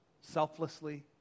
selflessly